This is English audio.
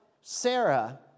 Sarah